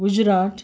Gujarat